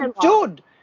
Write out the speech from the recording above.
dude